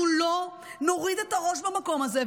אנחנו לא נוריד את הראש במקום הזה.